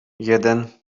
jeden